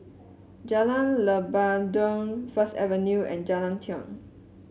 Jalan Lebat Daun First Avenue and Jalan Tiong